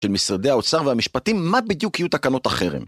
של משרדי האוצר והמשפטים, מה בדיוק יהיו תקנות החרם?